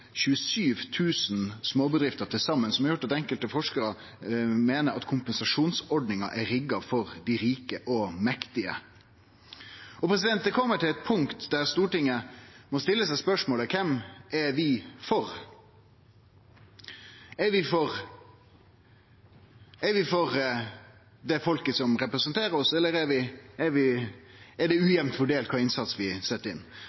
har gjort at enkelte forskarar meiner at kompensasjonsordninga er rigga for dei rike og mektige. Det kjem til eit punkt der Stortinget må stille seg spørsmålet: Kven er vi for? Er vi for det folket som representerer oss, eller er det ujamt fordelt kva innsats vi set inn?